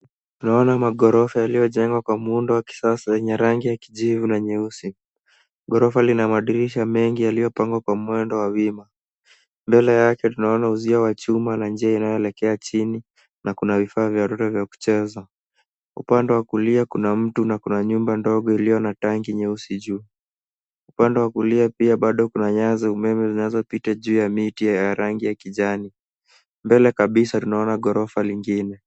Tunaona maghorofa yalioyojengwa kwa muundo wa kisasa yenye rangi ya kijivu na nyeusi. Ghorofa lina madirisha mengi yaliyopangwa kwa muundo wa wima. Mbele yake tunaona uzio wa chuma na njia inayoelekea chini na kuna vifaa vya watoto vya kucheza. Upande wa kulia, kuna mtu na kuna nyumba ndogo iliyo na tanki nyeusi juu. Upande wa kulia pia bado kuna nyaya za umeme zinazopita juu ya miti ya rangi ya kijani. Mbele kabisa tunaona ghorofa lingine.